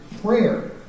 prayer